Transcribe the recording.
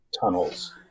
tunnels